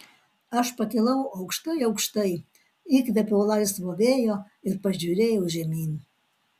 aš pakilau aukštai aukštai įkvėpiau laisvo vėjo ir pažiūrėjau žemyn